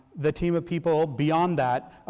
the team of people beyond that,